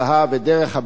את דרך הביניים,